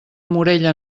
morella